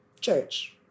church